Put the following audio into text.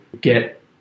get